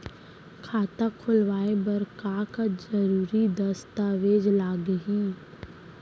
खाता खोलवाय बर का का जरूरी दस्तावेज लागही?